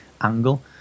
angle